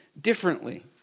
differently